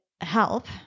help